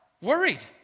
worried